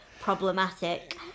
Problematic